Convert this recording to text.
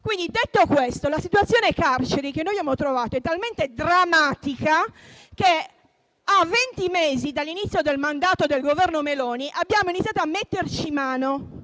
Detto questo, la situazione carceri che abbiamo trovato è talmente drammatica che, a venti mesi dall'inizio del mandato del Governo Meloni, abbiamo iniziato a metterci mano.